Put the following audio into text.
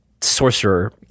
sorcerer